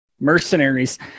mercenaries